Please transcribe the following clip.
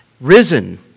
risen